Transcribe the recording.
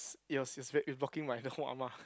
yours it's very it's blocking my the whole ah ma